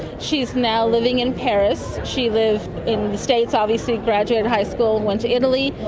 she is now living in paris. she lived in the states obviously, graduated high school, went to italy,